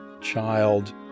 child